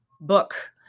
book